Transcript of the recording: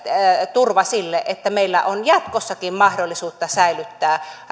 turva sille että meillä on jatkossakin mahdollisuus säilyttää